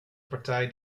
partij